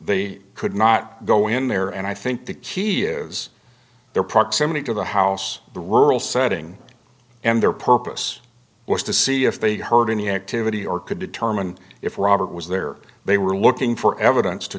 they could not go in there and i think the key is their proximity to the house the rural setting and their purpose was to see if they heard any activity or could determine if robert was there they were looking for evidence to